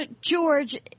George